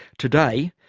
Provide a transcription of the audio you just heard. today,